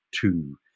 two